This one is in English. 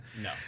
no